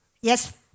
yes